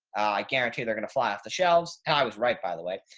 i guarantee they're going to fly off the shelves. i was right by the way,